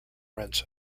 rents